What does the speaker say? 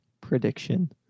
prediction